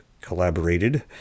collaborated